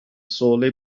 sole